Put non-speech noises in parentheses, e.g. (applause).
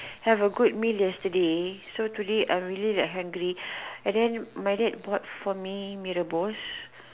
(breath) have a good meal yesterday so today I'm really like hungry (breath) and then my dad bought for me Mee-Rebus